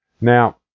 Now